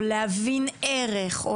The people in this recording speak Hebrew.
או להבין ערך,